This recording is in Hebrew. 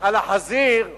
על החזיר פה,